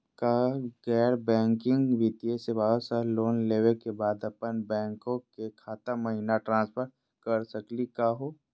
का गैर बैंकिंग वित्तीय सेवाएं स लोन लेवै के बाद अपन बैंको के खाता महिना ट्रांसफर कर सकनी का हो?